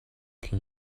can